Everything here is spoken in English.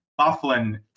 Bufflin